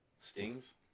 stings